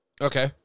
Okay